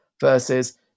versus